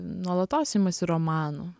nuolatos imasi romanų